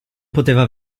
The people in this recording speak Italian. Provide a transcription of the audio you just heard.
poteva